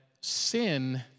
sin